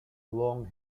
long